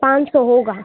पाँच सौ होगा